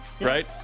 right